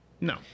No